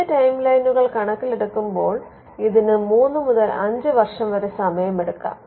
പുതിയ ടൈംലൈനുകൾ കണക്കിലെടുക്കുമ്പോൾ ഇതിന് മൂന്ന് മുതൽ അഞ്ച് വർഷം വരെ സമയമെടുക്കാം